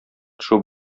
төшү